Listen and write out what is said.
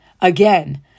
again